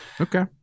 Okay